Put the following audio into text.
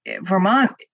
vermont